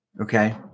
Okay